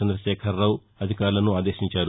చంద్రశేఖరరావు అధికారులను ఆదేశించారు